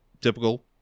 typical